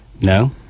no